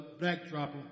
backdrop